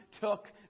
took